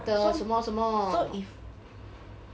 so so if